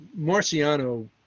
marciano